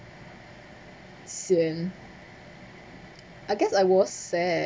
sian I guess I was sad